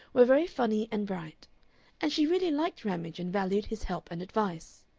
were very funny and bright and she really liked ramage, and valued his help and advice.